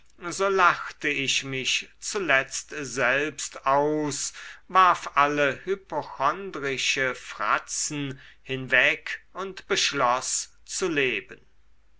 so lachte ich mich zuletzt selbst aus warf alle hypochondrische fratzen hinweg und beschloß zu leben